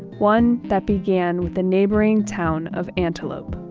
one that began with the neighboring town of antelope